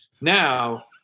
Now